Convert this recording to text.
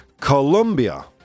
Colombia